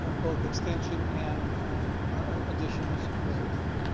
ah both extension and additional support.